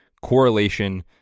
correlation